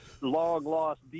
long-lost